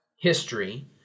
history